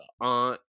aunt